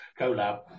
collab